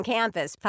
Campus